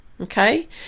Okay